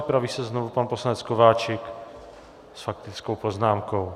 Připraví se znovu pan poslanec Kováčik s faktickou poznámkou.